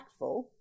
impactful